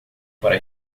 para